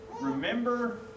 remember